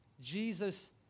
Jesus